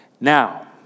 Now